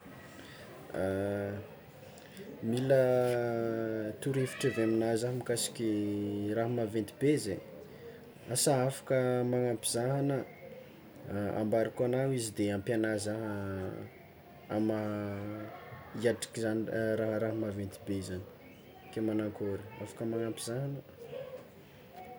Mila torohevitra avy aminao zah mikasiky raha maventy be zay, asa afaka magnampy zah anao? Ambarako anao izy de ampiana zah amy maha hiatriky zany raha raha maventy be zany, ka manakôry afaka magnampy zah anao?